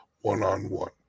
one-on-one